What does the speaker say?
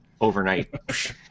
overnight